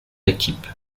équipes